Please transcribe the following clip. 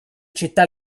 città